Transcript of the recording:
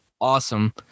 awesome